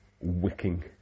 wicking